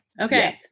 Okay